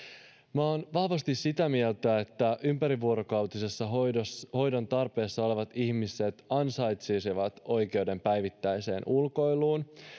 minä olen vahvasti sitä mieltä että ympärivuorokautisessa hoidontarpeessa olevat ihmiset ansaitsisivat oikeuden päivittäiseen ulkoiluun